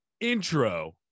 intro